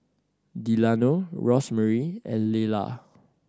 Delano Rosemarie and Lelah